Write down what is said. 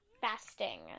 fasting